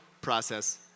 process